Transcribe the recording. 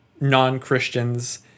non-Christians